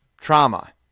trauma